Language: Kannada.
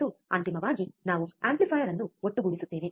ಮತ್ತು ಅಂತಿಮವಾಗಿ ನಾವು ಆಂಪ್ಲಿಫೈಯರ್ ಅನ್ನು ಒಟ್ಟುಗೂಡಿಸುತ್ತೇವೆ